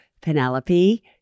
Penelope